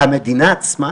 המדינה עצמה,